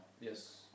Yes